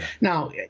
Now